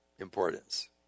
importance